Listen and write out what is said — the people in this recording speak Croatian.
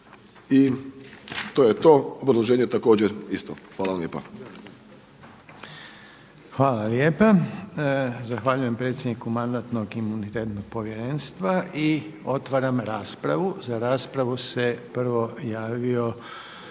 I to je to, obrazloženje je također isto. Hvala vam lijepa. **Reiner, Željko (HDZ)** Hvala lijepa. Zahvaljujem predsjedniku Mandatnog-imunitetnog povjerenstva i otvaram raspravu. Za raspravu se prvo javio